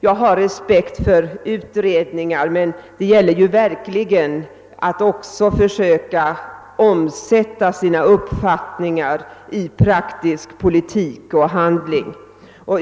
jag har respekt för utredningar, men det gäller verkligen att försöka omsätta sin uppfattning i praktisk politik och handling.